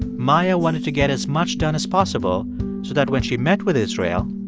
maia wanted to get as much done as possible so that when she met with israel.